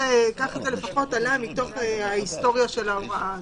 ככה זה לפחות עלה מתוך ההיסטוריה של ההוראה הזאת.